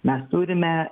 mes turime